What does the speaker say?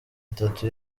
itatu